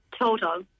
total